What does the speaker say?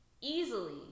easily